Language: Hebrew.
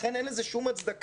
לכן אין לזה שום הצדקה.